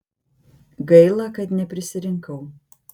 gaila kad neprisirinkau